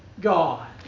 God